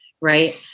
right